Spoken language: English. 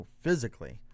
physically